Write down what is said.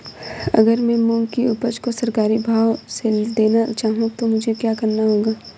अगर मैं मूंग की उपज को सरकारी भाव से देना चाहूँ तो मुझे क्या करना होगा?